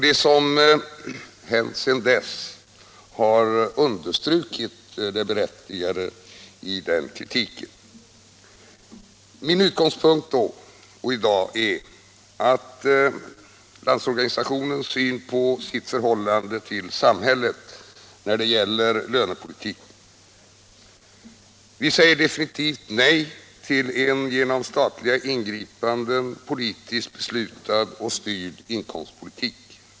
Det som hänt sedan dess har understrukit det berättigade i den kritiken. Min utgångspunkt då och i dag är Landsorganisationens syn på sitt förhållande till samhället när det gäller lönepolitiken. Vi säger definitivt nej till en genom statliga ingripanden politiskt beslutad och styrd inkomstpolitik.